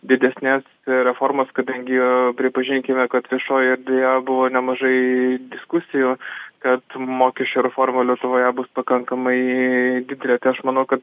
didesnės reformos kadangi pripažinkime kad viešojoje erdvėje buvo nemažai diskusijų kad mokesčių reforma lietuvoje bus pakankamai didelė tai aš manau kad